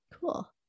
Cool